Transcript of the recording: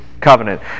covenant